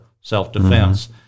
self-defense